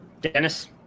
Dennis